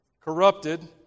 corrupted